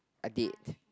I did